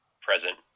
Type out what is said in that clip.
present